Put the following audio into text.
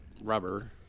rubber